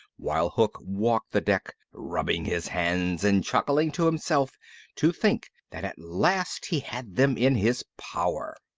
while hook walked the deck, rubbing his hands and chuckling to himself to think that at last he had them in his power.